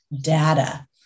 data